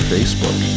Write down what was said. Facebook